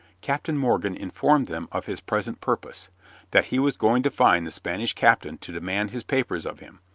captain morgan informed them of his present purpose that he was going to find the spanish captain to demand his papers of him,